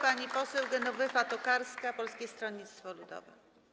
Pani poseł Genowefa Tokarska, Polskie Stronnictwo Ludowe.